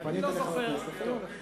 אתה פנית אל חברי כנסת, הם ענו לך.